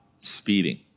speeding